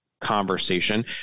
conversation